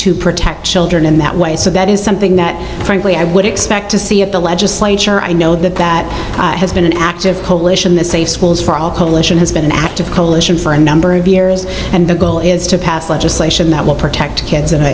to protect children in that way so that is something that frankly i would expect to see if the legislature i know that that has been an active coalition the safe schools for all coalition has been an active coalition for a number of years and the goal is to pass legislation that will protect